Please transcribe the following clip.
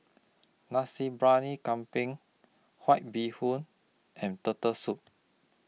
Nasi Briyani Kambing White Bee Hoon and Turtle Soup